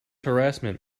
harassment